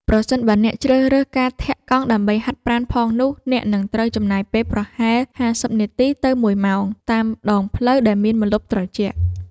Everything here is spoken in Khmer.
ប្រសិនបើអ្នកជ្រើសរើសការធាក់កង់ដើម្បីហាត់ប្រាណផងនោះ អ្នកនឹងត្រូវចំណាយពេលប្រហែល ៥០ នាទី ទៅ ១ ម៉ោង តាមដងផ្លូវដែលមានម្លប់ត្រជាក់។